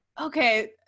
okay